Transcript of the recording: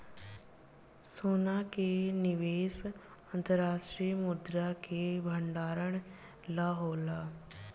सोना के निवेश अंतर्राष्ट्रीय मुद्रा के भंडारण ला होला